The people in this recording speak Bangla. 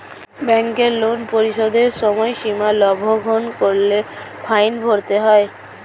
ব্যাংকের লোন পরিশোধের সময়সীমা লঙ্ঘন করলে ফাইন ভরতে হয়